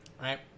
right